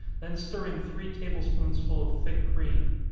then stir in three table-spoonsful of thick cream.